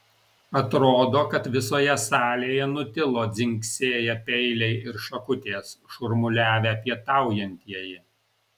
atrodo kad visoje salėje nutilo dzingsėję peiliai ir šakutės šurmuliavę pietaujantieji